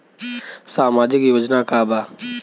सामाजिक योजना का बा?